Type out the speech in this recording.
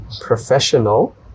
professional